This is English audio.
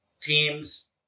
Teams